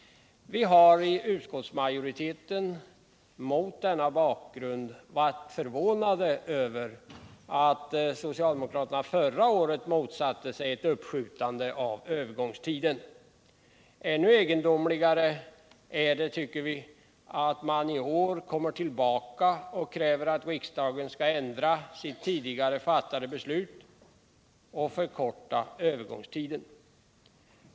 Vi har inom utskottsmajoriteten mot denna bakgrund varit förvånade över att socialdemokraterna förra året motsatte sig ett uppskjutande av övergångstiden. Ännu egendomligare tycker vi att det är att de i år kommer tillbaka och kräver att riksdagen skall ändra sitt tidigare fattade beslut och nu förkorta övergångstiden.